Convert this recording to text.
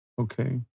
Okay